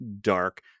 dark